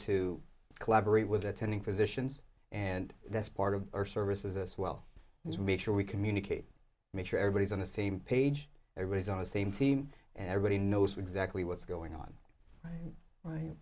to collaborate with attending physicians and that's part of our services as well as make sure we communicate make sure everybody's on the same page everybody's on the same team and everybody knows exactly what's going on right